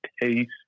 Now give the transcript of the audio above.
taste